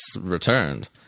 returned